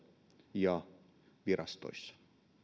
ja virastoissa